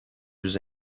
jeux